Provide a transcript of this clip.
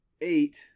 eight